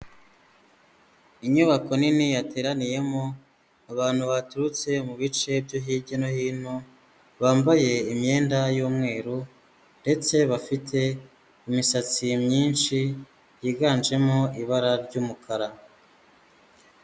Inyubako nini yateraniyemo abantu baturutse mu bice byo hirya no hino, bambaye imyenda y'umweru ndetse bafite imisatsi myinshi yiganjemo ibara ry'umukara.